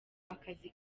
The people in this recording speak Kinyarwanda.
akazi